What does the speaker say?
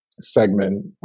segment